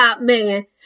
man